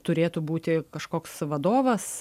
turėtų būti kažkoks vadovas